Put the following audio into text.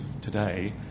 today